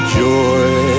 joy